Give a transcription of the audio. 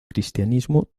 cristianismo